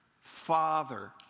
Father